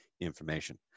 information